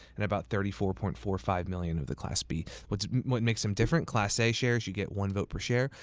and about thirty four point four five million of the class b. what makes them different? class a shares, you get one vote per share,